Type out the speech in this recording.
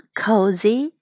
cozy